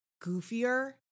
goofier